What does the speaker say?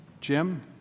Jim